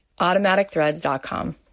automaticthreads.com